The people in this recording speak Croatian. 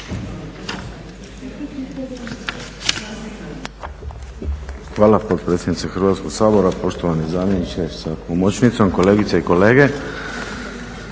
Hvala potpredsjednice Hrvatskog sabora, poštovani zamjeniče sa pomoćnicom, kolegice i kolege.